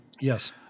yes